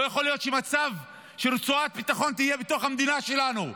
לא יכול להיות שיהיה מצב שרצועת ביטחון תהיה בתוך המדינה שלנו.